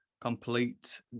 complete